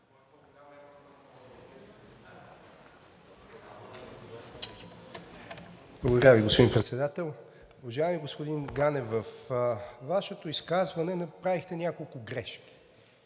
Благодаря Ви, господин Председател. Уважаеми господин Ганев, във Вашето изказване направихте няколко грешки.